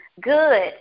good